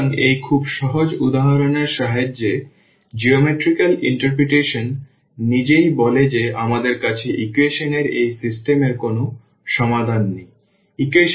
সুতরাং এই খুব সহজ উদাহরণের সাহায্যে জ্যামিতিক ব্যাখ্যা নিজেই বলে যে আমাদের কাছে ইকুয়েশন এর এই সিস্টেম এর কোনও সমাধান নেই